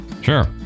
sure